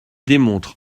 démontrent